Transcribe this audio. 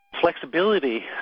flexibility